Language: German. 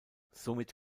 somit